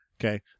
Okay